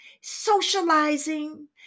socializing